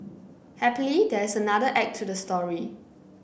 happily there is another act to the story